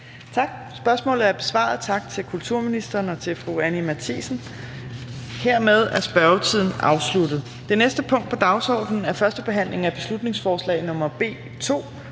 Tak. Spørgsmålet er besvaret. Tak til kulturministeren og til fru Anni Matthiesen. Hermed er spørgetiden afsluttet. --- Det næste punkt på dagsordenen er: 3) 1. behandling af beslutningsforslag nr.